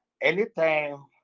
anytime